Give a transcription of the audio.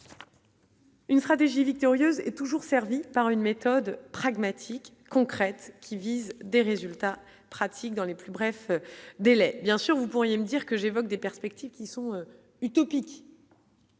Une stratégie victorieuse et toujours servi par une méthode pragmatique, concrète, qui vise des résultats pratiques dans les plus brefs délais, bien sûr, vous pourriez me dire que j'évoque des perspectives qui sont utopique.